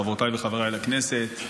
חברותיי וחבריי לכנסת,